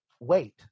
Wait